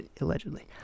Allegedly